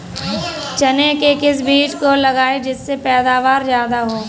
चने के किस बीज को लगाएँ जिससे पैदावार ज्यादा हो?